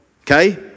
Okay